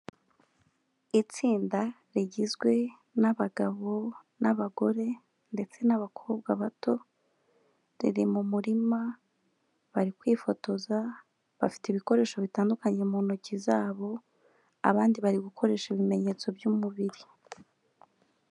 Itsinda rigizwe n'abagabo n'abagore ndetse n'abakobwa bato, riri mu murima bari kwifotoza bafite ibikoresho bitandukanye mu ntoki zabo, abandi bari gukoresha ibimenyetso by'umubiri.